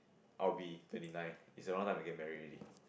I'll be twenty nine it's around time to get married already